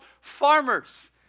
farmers